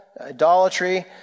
idolatry